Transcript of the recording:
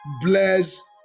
bless